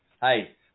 hey